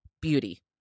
beauty